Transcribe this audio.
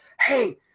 hey